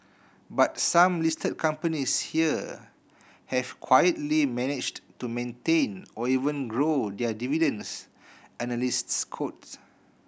but some listed companies here have quietly managed to maintain or even grow their dividends analysts cote